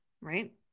right